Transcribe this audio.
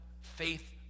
faith